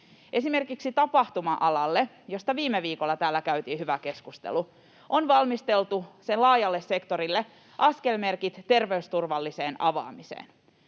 Esimerkiksi tapahtuma-alalle, josta viime viikolla täällä käytiin hyvä keskustelu, sen laajalle sektorille on valmisteltu askelmerkit terveysturvalliseen avaamiseen.